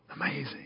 Amazing